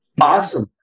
Awesome